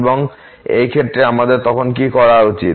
এবং এই ক্ষেত্রে আমাদের তখন কি করা উচিত